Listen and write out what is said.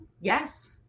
Yes